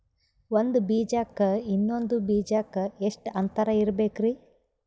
ಒಂದ್ ಬೀಜಕ್ಕ ಇನ್ನೊಂದು ಬೀಜಕ್ಕ ಎಷ್ಟ್ ಅಂತರ ಇರಬೇಕ್ರಿ?